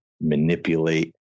manipulate